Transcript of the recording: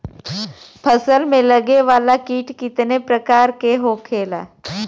फसल में लगे वाला कीट कितने प्रकार के होखेला?